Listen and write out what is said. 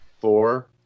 four